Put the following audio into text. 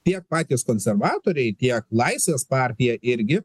tie patys konservatoriai tiek laisvės partija irgi